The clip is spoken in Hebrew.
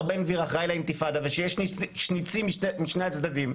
בן גביר אחראי לאינתיפאדה ושיש ניצים משני הצדדים,